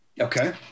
okay